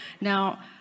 Now